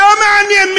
לא מעניין.